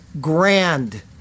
grand